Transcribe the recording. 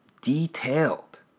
detailed